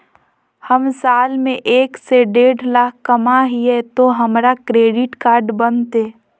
हम साल में एक से देढ लाख कमा हिये तो हमरा क्रेडिट कार्ड बनते?